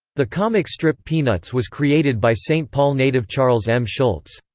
the comic strip peanuts was created by st. paul native charles m. schulz.